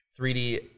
3D